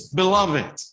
beloved